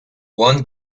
one